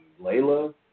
Layla